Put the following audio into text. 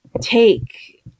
take